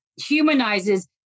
humanizes